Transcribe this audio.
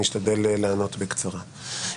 אני אשתדל לענות בקצרה.